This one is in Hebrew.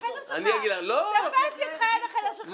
יותר מזה.